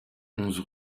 onze